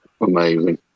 amazing